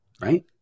right